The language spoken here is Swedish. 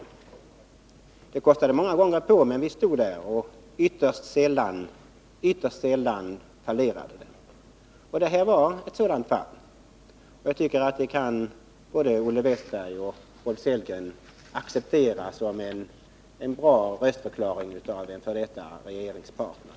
Det kostade många gånger på, men vi stod där, och ytterst sällan fallerade det. Det här var ett sådant fall, och jag tycker att det kan både Olle Wästberg och Rolf Sellgren acceptera som en bra röstförklaring av en f. d. regeringspartner.